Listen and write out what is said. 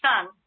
sun